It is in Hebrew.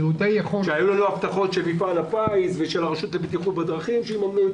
היו לנו הבטחות ממפעל הפיס ומן הרשות לבטיחות בדרכים שיממנו את